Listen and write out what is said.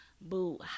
boo